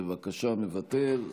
בבקשה, מוותר.